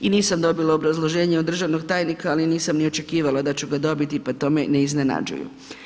I nisam dobila obrazloženje od državnog tajnika ali nisam ni očekivala da ću ga dobiti pa to me ne iznenađuju.